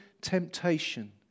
temptation